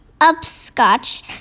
Upscotch